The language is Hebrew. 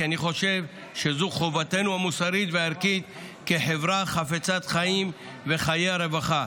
כי אני חושב שזו חובתנו המוסרית והערכית כחברה חפצת חיים וחיי רווחה.